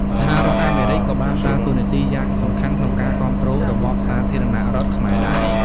សហរដ្ឋអាមេរិក ក៏បានដើរតួនាទីយ៉ាងសំខាន់ក្នុងការគាំទ្ររបបសាធារណរដ្ឋខ្មែរដែរ។